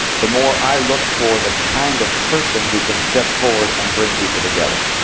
the more i look for the kind of person who can step forward and bring people together.